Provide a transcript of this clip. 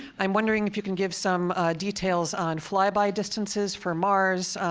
i'm wondering if you can give some details on flyby distances for mars,